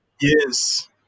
Yes